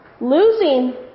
Losing